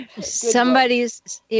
Somebody's